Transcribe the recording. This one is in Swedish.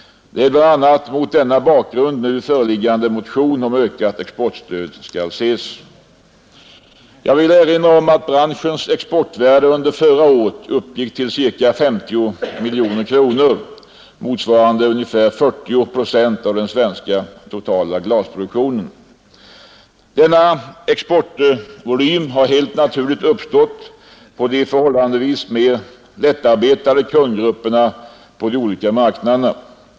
Det är bl.a. mot denna bakgrund som motionen om ökat exportstöd skall ses. Branschens exportvärde uppgick förra året till ca 50 miljoner kronor, motsvarande ungefär 40 procent av den svenska totala glasproduktionen. Denna exportvolym har helt naturligt uppnåtts på de förhållandevis mer lättarbetade kundgrupperna på de olika marknaderna.